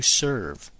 serve